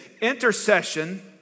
intercession